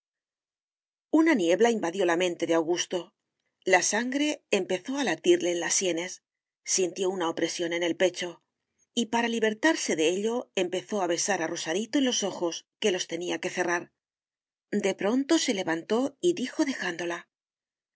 una niebla invadió la mente de augusto la sangre empezó a latirle en las sienes sintió una opresión en el pecho y para libertarse de ello empezó a besar a rosarito en los ojos que los tenía que cerrar de pronto se levantó y dijo dejándola